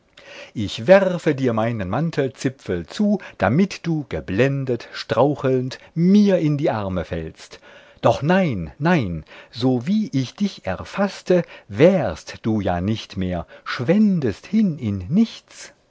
ich werfe dir meinen mantelzipfel zu damit du geblendet strauchelnd mir in die arme fällst doch nein nein sowie ich dich erfaßte wärst du ja nicht mehr schwändest hin in nichts